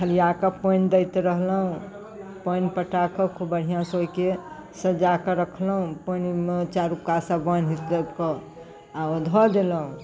थलिआकऽ पानि दैत रहलहुँ पानि पटाकऽ खूब बढ़िआँसँ ओहिके सजाकऽ रखलहुँ पानिमे चारूकातसँ बान्हि छेकिकऽ आओर ओ धऽ देलहुँ